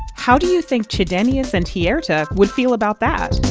how do you think chydenius and hierta would feel about that?